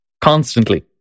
constantly